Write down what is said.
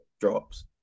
drops